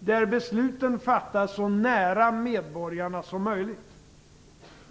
där besluten fattas så nära medborgarna som möjligt.